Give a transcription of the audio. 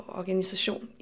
organisation